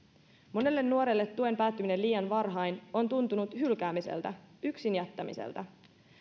monelle nuorelle tuen päättyminen liian varhain on tuntunut hylkäämiseltä yksin jättämiseltä